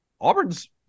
Auburn's